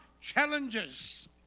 challenges